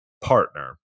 partner